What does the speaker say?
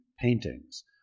paintings